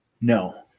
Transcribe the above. No